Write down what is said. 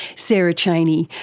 sarah chaney,